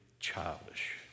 childish